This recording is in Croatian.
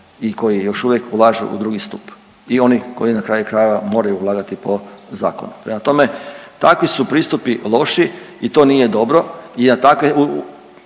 i koji još uvijek ulažu u drugi stup i oni koji, na kraju krajeva moraju vladati po zakonu. Prema tome, takvi su pristupi loši i to nije dobro i na takve